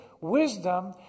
wisdom